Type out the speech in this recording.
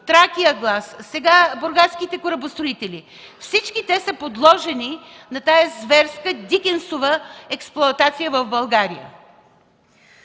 „Тракия глас”, сега бургаските корабостроители – всички те са подложени на тази зверска, Дикенсова експлоатация в България.